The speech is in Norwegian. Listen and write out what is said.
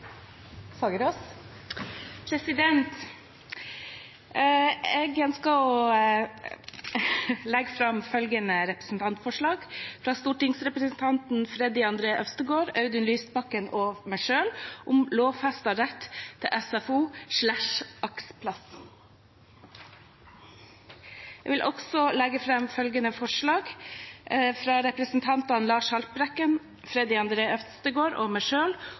Fagerås vil fremsette to representantforslag. Jeg ønsker å legge fram representantforslag fra stortingsrepresentantene Freddy André Øvstegård, Audun Lysbakken og meg selv om lovfestet rett til SFO/AKS-plass. Jeg vil også legge fram representantforslag fra stortingsrepresentantene Lars Haltbrekken, Freddy André Øvstegård og meg